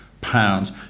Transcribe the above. pounds